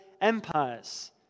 empires